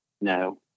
No